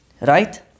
Right